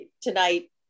tonight